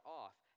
off